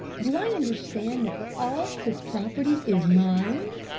do i understand that all this property is mine?